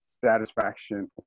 satisfaction